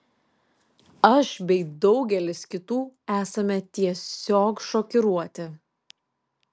aš bei daugelis kitų esame tiesiog šokiruoti